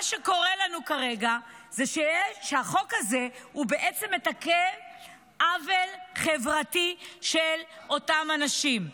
מה שקורה לנו כרגע זה שהחוק הזה מתקן עוול חברתי לאותם אנשים.